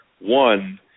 one